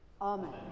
Amen